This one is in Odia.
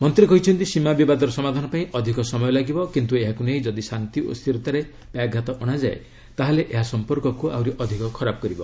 ମନ୍ତ୍ରୀ କହିଛନ୍ତି ସୀମା ବିବାଦର ସମାଧାନ ପାଇଁ ଅଧିକ ସମୟ ଲାଗିବ କିନ୍ତୁ ଏହାକୁ ନେଇ ଯଦି ଶାନ୍ତି ଓ ସ୍ଥିରତାରେ ବ୍ୟାଘାତ ଅଣାଯାଏ ତା'ହେଲେ ଏହା ସମ୍ପର୍କକୁ ଆହୁରି ଅଧିକ ଖରାପ କରିବ